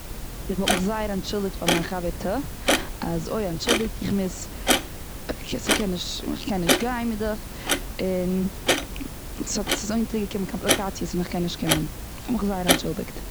איך וואלט מיך זייער אנטשולדיגט פאר מיין חבר'טע. אז, אוי אנטשולדיגט איך מוז כ'קען נישט גיין מיט דיך. און ס'האט ס'איז אנגעקומען קאמפליקאציעס און כ'קען נישט קומען. כ'וואלט מיך זייער אנטשולדיגט.